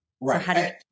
Right